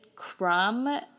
crumb